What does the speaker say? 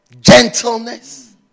gentleness